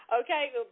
okay